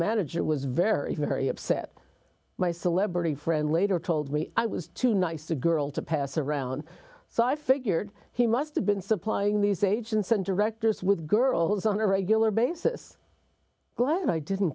manager was very very upset my celebrity friend later told me i was too nice a girl to pass around so i figured he must have been supplying these agents and directors with girls on a regular basis when i didn't